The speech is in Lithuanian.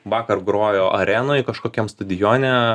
vakar grojo arenoj kažkokiam stadione